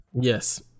Yes